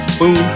boom